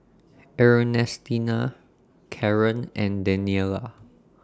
Ernestina Karen and Daniela